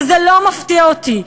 וזה לא מפתיע אותי,